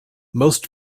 most